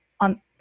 on